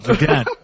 again